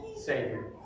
Savior